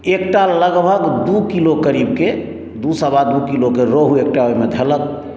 एकटा लगभग दू किलो करीबकेँ दू सवा दू किलोकेँ रोहु एकटा ओहिमे धयलक